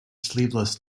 sleeveless